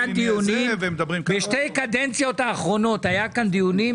בשתי הקדנציות האחרונות היו פה דיונים.